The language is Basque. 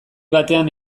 batean